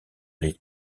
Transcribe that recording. les